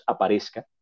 aparezca